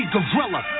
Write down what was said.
Gorilla